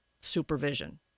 supervision